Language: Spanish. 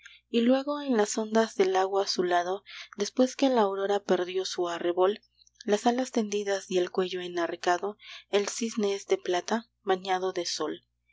y luego en las ondas del lago azulado después que la aurora perdió su arrebol las alas tendidas y el cuello enarcado el cisne es de plata bañado de sol